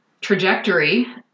trajectory